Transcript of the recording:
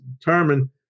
determine